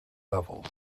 levels